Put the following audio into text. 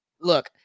Look